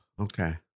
okay